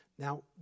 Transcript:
Now